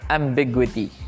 ambiguity